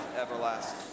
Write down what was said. everlasting